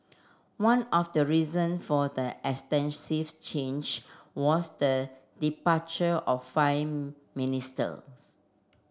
one of the reason for the extensive change was the departure of five ministers